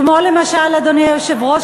כמו למשל אדוני היושב-ראש,